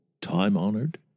time-honored